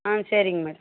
ஆ சரிங்க மேடம்